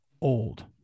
old